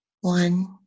One